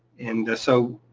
and, so,